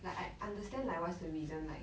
like I understand like what's the reason like